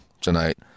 tonight